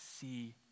see